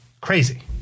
crazy